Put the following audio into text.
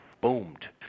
boomed